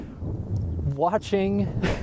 watching